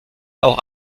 auch